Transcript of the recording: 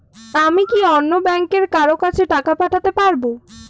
আমি কি অন্য ব্যাংকের কারো কাছে টাকা পাঠাতে পারেব?